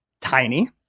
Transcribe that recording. tiny